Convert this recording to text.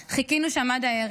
חיכינו שם עד הערב,